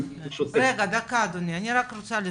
ברשותך, דקה אדוני, אני רק רוצה לשאול,